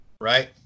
right